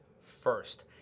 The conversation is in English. first